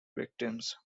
victims